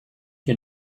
you